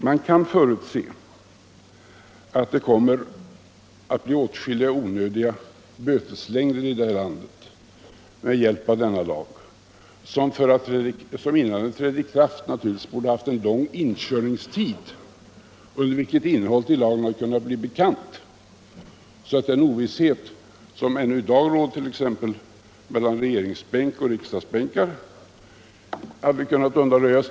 Man kan förutse att det kommer att bli åtskilliga onödiga böteslängder i det här landet med hjälp av denna lag, som innan den träder i kraft naturligtvis borde ha en lång inkörningstid under vilken innehållet i lagen kunnat bli bekant så att i första hand den ovisshet som ännu i dag råder i regering och riksdag hade kunnat undanröjas.